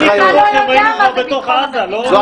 אתה לא יושב בוועדות שדנים על זה.